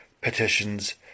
petitions